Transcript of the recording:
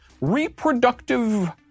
Reproductive